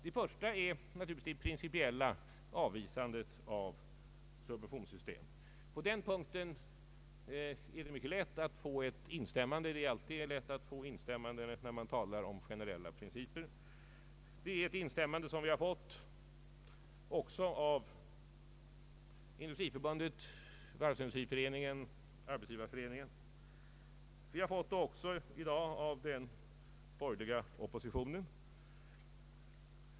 Det första argumentet är det principiella avvisandet av subventionssystem. På den punkten är det mycket lätt att få ett instämmande — det är alltid lätt att få instämmanden när man talar om generella principer. Detta instämmande har vi fått också av Industriförbundet. Varvsindustriföreningen och Arbetsgivareföreningen. I dag har vi fått let även av den borgerliga oppositionen.